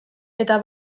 eta